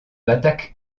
batak